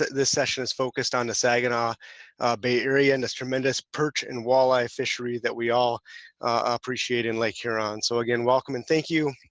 this session is focused on the saginaw bay area and this tremendous perch and walleye fishery that we all appreciate in lake huron. so again, welcome and thank you.